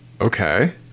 Okay